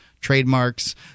trademarks